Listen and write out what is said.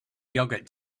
yogurt